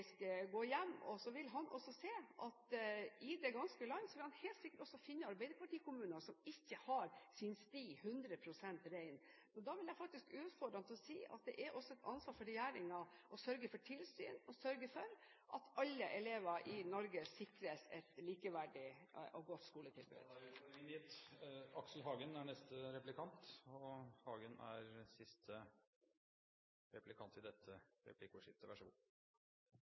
å gå hjem og se at i det ganske land vil han helt sikkert også finne arbeiderpartikommuner som ikke har sin sti hundre prosent ren. Jeg vil faktisk utfordre ham til å si at det også er et ansvar for regjeringen å sørge for tilsyn, og sørge for at alle elever i Norge sikres et likeverdig og godt skoletilbud. Da er utfordringen gitt. Elisabeth Aspaker er særdeles god